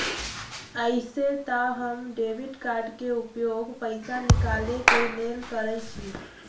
अइसे तऽ हम डेबिट कार्ड के उपयोग पैसा निकाले के लेल करइछि